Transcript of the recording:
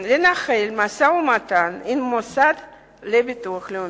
לנהל משא-ומתן עם המוסד לביטוח לאומי.